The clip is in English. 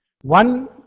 One